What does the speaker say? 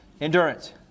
endurance